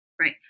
Right